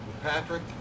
Patrick